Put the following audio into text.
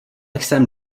jsem